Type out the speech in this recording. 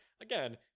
again